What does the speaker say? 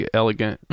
elegant